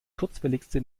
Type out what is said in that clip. kurzwelligste